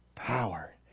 Power